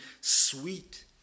sweet